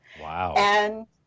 Wow